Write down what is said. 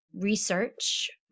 research